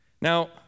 Now